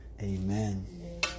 Amen